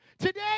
Today